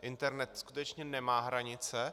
Internet skutečně nemá hranice.